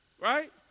right